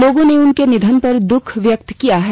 लोगों ने उनके निधन पर दुख व्यक्त किया है